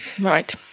Right